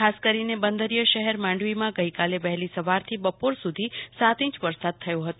ખાસ કરીને બંદરિય શહેર માંડવીમાં ગઈકાલે વહેલી સવારથી બપોર સુધી સાત ઈંચ વરસાદ થયો હતો